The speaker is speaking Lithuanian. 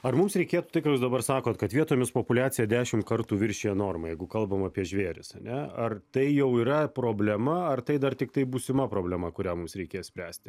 ar mums reikėtų tai ką jūs dabar sakot kad vietomis populiacija dešim kartų viršija normą jeigu kalbam apie žvėris ne ar tai jau yra problema ar tai dar tiktai būsima problema kurią mums reikės spręsti